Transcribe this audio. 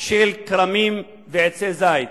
של כרמים ועצי זית.